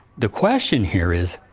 the question here is,